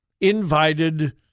invited